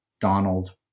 Donald